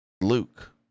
Luke